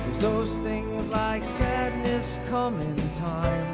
those things like sadness come in time